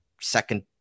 second